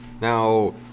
Now